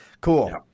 Cool